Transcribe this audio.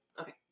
Okay